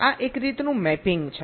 આ એક રીતનું મેપિંગ છે